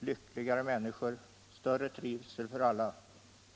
lyckligare människor och större trivsel för alla.